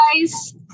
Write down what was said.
guys